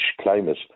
climate